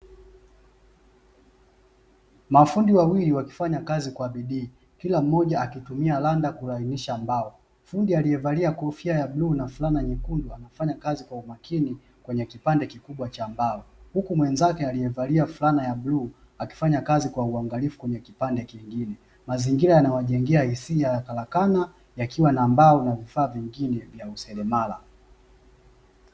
Mafundi wawili wakifanya kazi kwa bidii kila mmoja akitumia randa kulainisha mbao, fundi alievalia kofia ya bluu na fulana nyekundu anaonekana kufanya kazi kwa umakini kwenye kipande kikubwa cha mbao, huku mwenzake alievalia fulana ya bluu akifanya kazi kwenye kipande kingine mazingira yanawajengea hisia ya karakana yakiwa na mbao na vifaa vingine vya kiselemala.